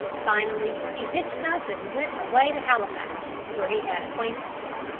finally he hitched up and went away to halifax, where he had acquaintances.